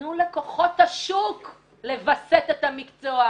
תנו לכוחות השוק לווסת את המקצוע.